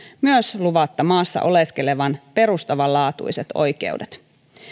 myös luvatta maassa oleskelevan perustavanlaatuiset oikeudet